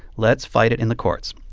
let's fight it in the courts.